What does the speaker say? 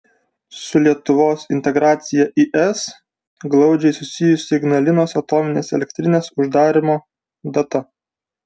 su lietuvos integracija į es glaudžiai susijusi ignalinos atominės elektrinės uždarymo data